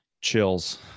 Chills